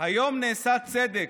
"היום נעשה צדק.